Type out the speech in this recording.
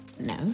No